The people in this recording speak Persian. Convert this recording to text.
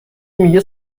میگه